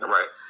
Right